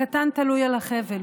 הקטן תלוי על החבל,